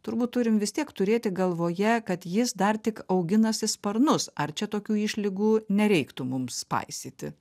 turbūt turim vis tiek turėti galvoje kad jis dar tik auginasi sparnus ar čia tokių išlygų nereiktų mums paisyti